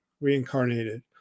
reincarnated